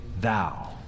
Thou